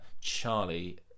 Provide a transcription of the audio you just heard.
Charlie